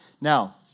Now